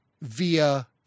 via